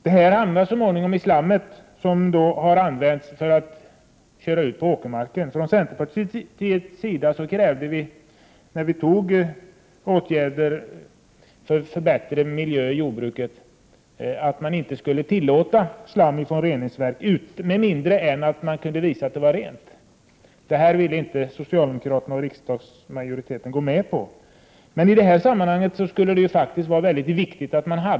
Dessa ämnen hamnar så småningom i slammet som sedan körs ut på åkermark. När riksdagen antog åtgärdsprogrammet för att förbättra miljön i jordbruket krävde centerpartiet att man inte skulle tillåta att slam från reningsverk sprids på åkermark med mindre än att man kunde visa att slammet var rent. Detta ville inte socialdemokraterna och riksdagsmajoriteten gå med på. Det är emellertid mycket viktigt att vi har sådana regler i detta sammanhang.